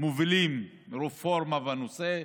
מובילים רפורמה בנושא,